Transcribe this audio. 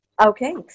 Okay